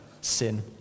sin